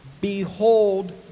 behold